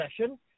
session